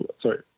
sorry